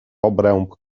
obręb